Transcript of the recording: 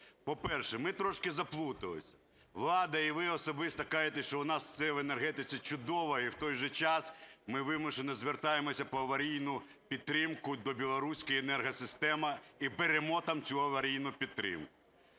По-перше, ми трошки заплутались. Влада і ви особисто кажете, що в нас все в енергетиці чудово, і в той же час ми вимушені, звертаємося по аварійну підтримку до білоруської енергосистеми і беремо там цю аварійну підтримку.